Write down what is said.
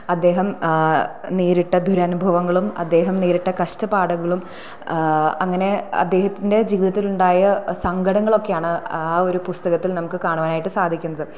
അദ്ദേഹം നേരിട്ട ദുരനുഭവങ്ങളും അദ്ദേഹം നേരിട്ട കഷ്ടപ്പാടുകളും അങ്ങനെ അദ്ദേഹത്തിൻ്റെ ജീവിതത്തിൽ ഉണ്ടായ സങ്കടങ്ങളൊക്കെയാണ് ആ ഒരു പുസ്തകത്തിൽ നമുക്ക് കാണുവാനായിട്ട് സാധിക്കുന്നത്